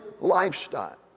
lifestyle